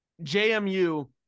JMU